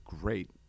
great